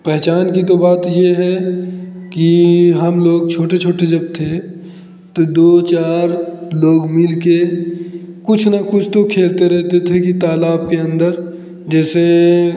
पहचान की तो बात यह है कि हम लोग छोटे छोटे जब थे तो दो चार लोग मिलकर कुछ न कुछ खेलते रहते थे कि तालाब के अंदर जैसे